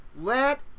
let